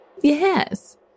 Yes